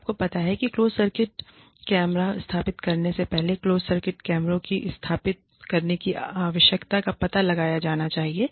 तो आपको पता है कि क्लोज सर्किट कैमरा स्थापित करने से पहले क्लोज सर्किट कैमरों को स्थापित करने की आवश्यकता का पता लगाया जाना चाहिए